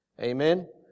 Amen